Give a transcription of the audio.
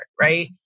Right